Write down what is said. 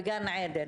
בגן עדן.